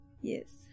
Yes